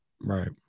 Right